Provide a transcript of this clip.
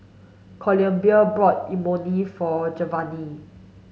Columbia bought Imoni for Giovanny